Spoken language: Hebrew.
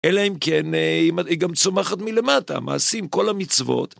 אלא אם כן היא גם צומחת מלמטה, מעשים כל המצוות.